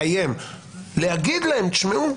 לאיים אלא להגיד להם: תשמעו,